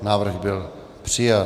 Návrh byl přijat.